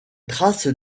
traces